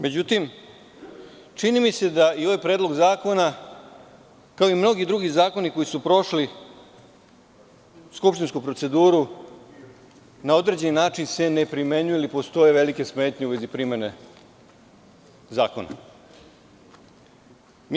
Međutim, čini mi se da i ovaj predlog zakona, kao i mnogi drugi zakoni koji su prošli skupštinsku proceduru, na određeni način se ne primenjuje ili postoje velike smetnje u vezi primene zakona.